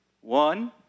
one